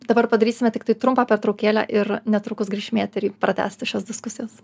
dabar padarysime tiktai trumpą pertraukėlę ir netrukus grįšim į eterį pratęsti šios diskusijos